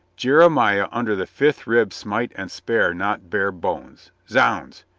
jeremiah under-the-fifth-rib smite-and-spare not barebones! zounds!